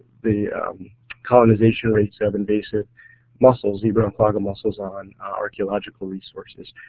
the colonization rates of invasive mussels, zebra and quagga mussels on archeological resources,